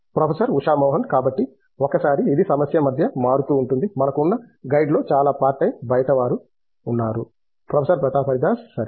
professor Usha Mohan కాబట్టి ఒకసారి ఇది సమస్య మధ్య మారుతూ ఉంటుంది మనకు ఉన్న గైడ్లో చాలా పార్ట్టైమ్ బయటివారు ఉన్నారు ప్రొఫెసర్ ప్రతాప్ హరిదాస్ సరే